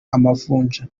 amavunja